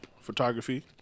Photography